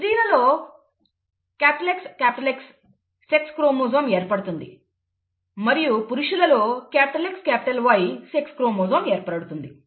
స్త్రీలలో XX sex chromosome ఏర్పడుతుంది మరియు పురుషులలో XY సెక్స్ క్రోమోజోమ్ ఏర్పడుతుంది